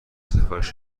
سفارش